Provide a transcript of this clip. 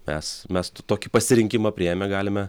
mes mes t tokį pasirinkimą priėmę galime